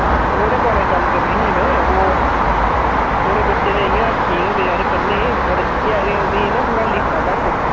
अच्छा ते ओह्दे बारे च गल्ल करनी ही मैं ओह् थुहाढ़े बच्चे तां इ'यां ठीक न बेचैरे पढ़ने गी पर इ'ऐ जे उ'नेंगी थोह्ड़ा लिखना घट्ट औंदा